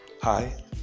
Hi